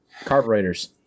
carburetors